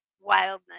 wildness